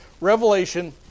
revelation